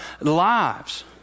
lives